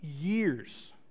years